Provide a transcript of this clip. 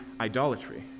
idolatry